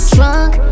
Drunk